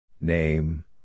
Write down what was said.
Name